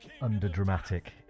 under-dramatic